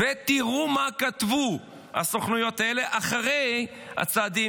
תראו מה כתבו הסוכנויות האלה אחרי הצעדים